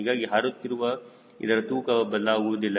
ಹೀಗಾಗಿ ಹಾರುತ್ತಿರುವಾಗ ಇದರ ತೂಕವು ಬದಲಾಗುವುದಿಲ್ಲ